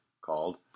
called